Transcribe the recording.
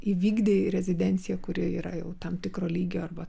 įvykdei rezidenciją kuri yra jau tam tikro lygio arba